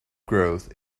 growth